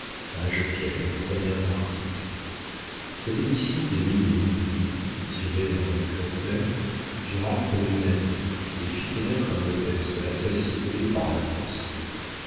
âge auquel elle prenait un parti cette édition des mille et une nuits tirée à un exemplaire dura près d'une année et fit connaître à modeste la satiété par la pensée